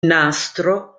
nastro